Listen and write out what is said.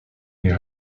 est